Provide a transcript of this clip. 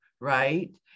Right